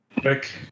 Quick